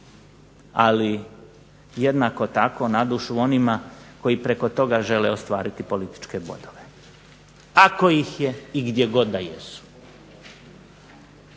Ali jednako tako na dušu onima koji preko toga žele ostvariti političke bodove. Ako ih je i gdje god da jesu.